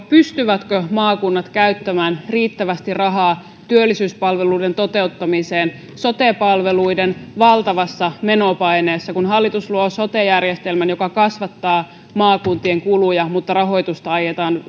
pystyvätkö maakunnat käyttämään riittävästi rahaa työllisyyspalveluiden toteuttamiseen sote palveluiden valtavassa menopaineessa kun hallitus luo sote järjestelmän joka kasvattaa maakuntien kuluja mutta rahoitusta aiotaan